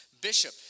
bishop